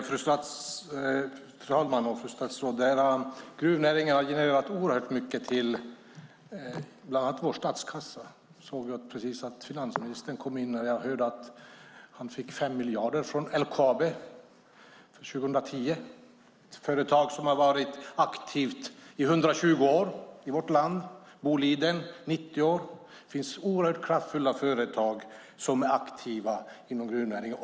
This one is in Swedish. Fru talman! Fru statsråd! Gruvnäringen har genererat oerhört mycket till bland annat vår statskassa. Finansministern kom just in här, och jag hörde att han fick 5 miljarder från LKAB 2010. Det är ett företag som har varit aktivt i 120 år i vårt land, och Boliden har varit aktivt i 90 år. Det finns oerhört kraftfulla företag som är aktiva inom gruvnäringen.